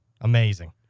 Amazing